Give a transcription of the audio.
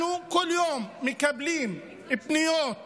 אנחנו כל יום מקבלים פניות מהרבה,